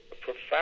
profound